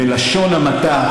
בלשון המעטה,